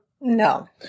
No